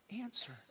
answer